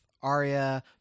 Arya